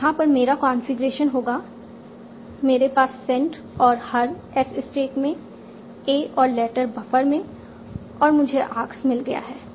तो यहां पर मेरा कॉन्फ़िगरेशन होगा मेरे पास शब्द सेंट और हर S स्टैक में ए और लेटर बफर में और मुझे आर्क्स मिला है